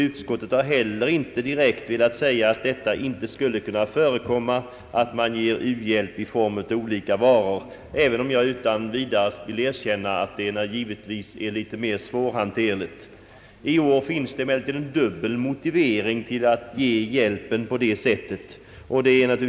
Utskottet har inte heller direkt velat säga att det inte skulle kunna förekomma att man ger u-hjälp i form av olika varor; även om jag naturligtvis utan vidare skulle erkänna att sådan hjälp är litet mera svårhanterlig. I år finns emellertid en dubbel motivering för att ge hjälpen på det sättet.